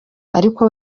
ariko